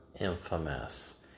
infamous